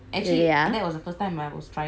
you can taste the truffle